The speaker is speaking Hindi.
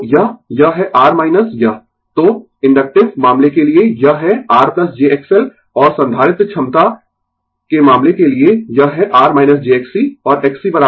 तो यह यह है R यह तो इन्डक्टिव मामले के लिए यह है R jXL और संधारित्र क्षमता के मामले के लिए यह है R jXc और Xc 1 अपोन ω c